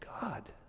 God